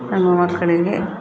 ನಮ್ಮ ಮಕ್ಕಳಿಗೆ